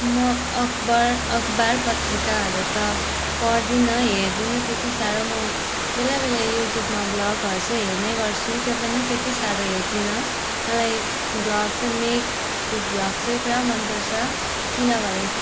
म अखबार अखबार पत्रिकाहरू त पढ्दिनँ हेर्दिनँ त्यति साह्रो बेला बेला युटुबमा भ्लगहरू चाहिँ हेर्ने गर्छु त्यो पनि त्यति साह्रो हेर्दिनँ मलाई भ्लग चाहिँ मेगको भ्लग चाहिँ पुरा मनपर्छ किनभने